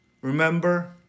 Remember